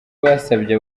basabye